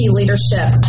leadership